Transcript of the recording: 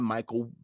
Michael